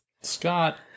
Scott